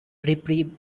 reprieve